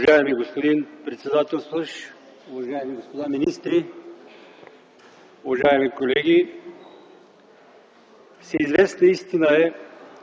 Уважаеми господин председателстващ, уважаеми господин министър, уважаеми колеги! Всеизвестна истина е,